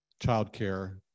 childcare